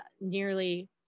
nearly